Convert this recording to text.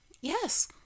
Yes